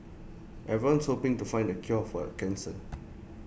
everyone's hoping to find the cure for cancer